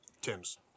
Tims